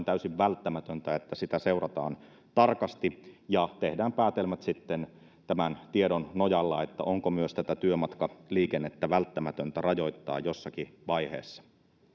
täysin välttämätöntä että tätäkin asiaa seurataan tarkasti ja tehdään päätelmät sitten tiedon nojalla siitä onko myös työmatkaliikennettä välttämätöntä rajoittaa jossakin vaiheessa